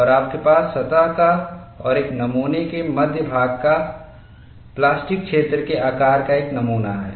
और आपके पास सतह का और एक नमूने के मध्य भाग का प्लास्टिक क्षेत्र के आकार का एक नमूना है